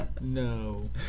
no